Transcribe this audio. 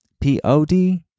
P-O-D